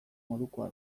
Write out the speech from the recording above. modukoa